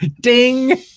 Ding